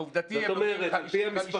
העובדתי הם נותנים 55%